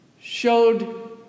showed